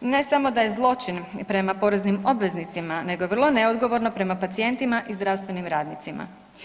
ne samo da je zločin i prema poreznim obveznicima nego je vrlo neodgovorno prema pacijentima i zdravstvenim radnicima.